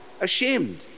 ashamed